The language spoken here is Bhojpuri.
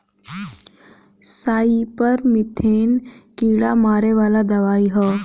सईपर मीथेन कीड़ा मारे वाला दवाई ह